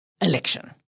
Election